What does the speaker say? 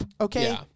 okay